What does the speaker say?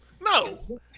No